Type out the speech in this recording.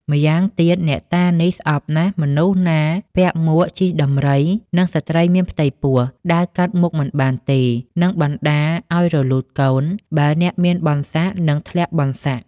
ម៉្យាងទៀត អ្នកតានេះស្អប់ណាស់ មនុស្សណាពាក់មួក ជិះដំរី និងស្ត្រីមានផ្ទៃពោះ ដើរកាត់មុខមិនបានទេ នឹងបណ្តាលឲ្យរលូតកូន បើអ្នកមានបុណ្យស័ក្តិនឹងធ្លាក់បុណ្យស័ក្តិ ។